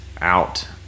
out